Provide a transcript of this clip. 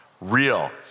real